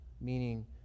meaning